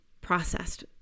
processed